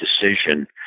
decision